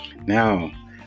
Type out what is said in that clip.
Now